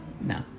no